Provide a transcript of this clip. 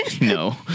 No